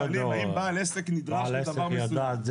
בעל עסק ידע את זה?